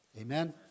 Amen